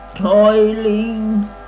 toiling